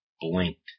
blinked